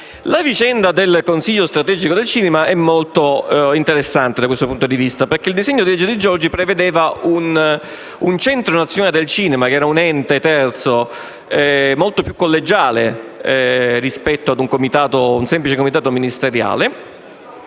La vicenda del Consiglio strategico del cinema è molto interessante, da questo punto di vista. Il disegno di legge presentato dalla senatrice Di Giorgi prevedeva un Centro nazionale del cinema, che era un ente terzo molto più collegiale rispetto ad un semplice comitato ministeriale